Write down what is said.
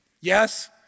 Yes